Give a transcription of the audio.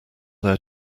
their